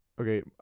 Okay